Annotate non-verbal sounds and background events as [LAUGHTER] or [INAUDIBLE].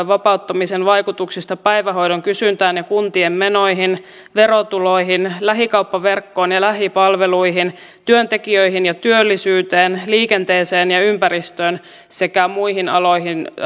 [UNINTELLIGIBLE] vapauttamisen vaikutuksista päivähoidon kysyntään ja kuntien menoihin verotuloihin lähikauppaverkkoon ja lähipalveluihin työntekijöihin ja työllisyyteen liikenteeseen ja ympäristöön sekä muihin aloihin